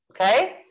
Okay